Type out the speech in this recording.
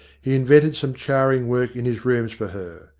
he invented some charing work in his rooms for her.